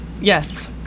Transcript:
Yes